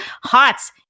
Hots